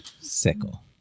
sickle